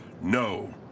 no